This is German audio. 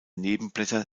nebenblätter